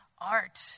art